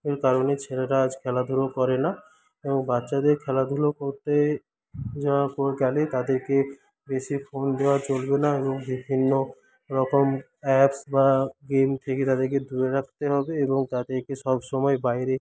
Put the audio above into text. এই কারণে ছেলেরা আজকাল খেলাধুলো করে না এবং বাচ্চাদের খেলাধুলো করতে তাদেরকে বেশী ফোন দেওয়া চলবে না এবং বিভিন্নরকম অ্যাপস বা গেম থেকে তাদেরকে দূরে রাখতে হবে এবং তাদেরকে সবসময় বাইরে